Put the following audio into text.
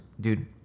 Dude